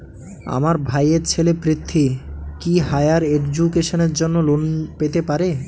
আমার ভাইয়ের ছেলে পৃথ্বী, কি হাইয়ার এডুকেশনের জন্য লোন পেতে পারে?